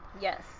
Yes